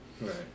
Right